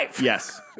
Yes